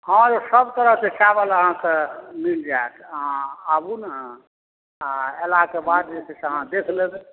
हॅं यौ सभ तरहके चावल अहाँकेँ मिल जाएत अहाँ आबु ने आ अयलाके बाद जे छै से अहाँ देख लेबै